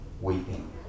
weeping